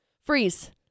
freeze